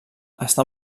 està